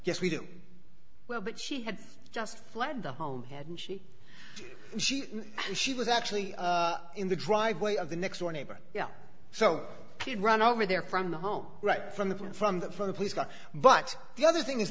yes we do well but she had just fled the home hadn't she she she was actually in the driveway of the next door neighbor yeah so he'd run over there from the home right from the front from the front a police car but the other thing is